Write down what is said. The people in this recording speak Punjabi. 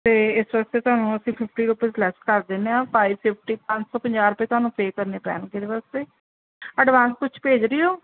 ਅਤੇ ਇਸ ਵਾਸਤੇ ਤੁਹਾਨੂੰ ਅਸੀਂ ਫਿਫਟੀ ਰੂਪੀਸ ਲੈੱਸ ਕਰ ਦਿੰਦੇ ਹਾਂ ਫਾਈਵ ਫਿਫਟੀ ਪੰਜ ਸੌ ਪੰਜਾਹ ਰੁਪਏ ਤੁਹਾਨੂੰ ਪੇ ਕਰਨੇ ਪੈਣਗੇ ਇਹਦੇ ਵਾਸਤੇ ਐਡਵਾਂਸ ਕੁਛ ਭੇਜ ਰਹੇ ਹੋ